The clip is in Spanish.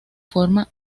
forma